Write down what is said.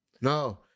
No